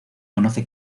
conoce